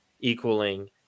equaling